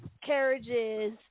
carriages